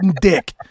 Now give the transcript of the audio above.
dick